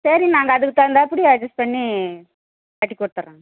சரி நாங்கள் அதற்கு தகுந்தாற்ப்படி அட்ஜஸ்ட் பண்ணிக் கட்டி கொடுத்துட்றோங்க